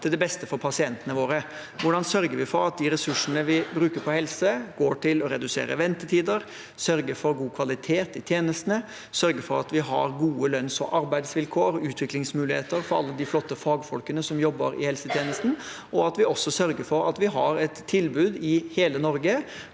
til det beste for pasientene våre. Hvordan sørger vi for at de ressursene vi bruker på helse, går til å redusere ventetider, sørge for god kvalitet i tjenestene, sørge for at vi har gode lønns- og arbeidsvilkår og utviklingsmuligheter for alle de flotte fagfolkene som jobber i helsetjenesten, og at vi også sørger for at vi har et tilbud i hele Norge,